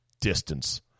distance